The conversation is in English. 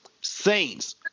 Saints